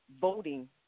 voting